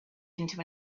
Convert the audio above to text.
into